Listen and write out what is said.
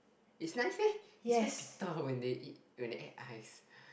it's nice leh it's very bitter when they eat when they add ice